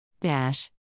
Dash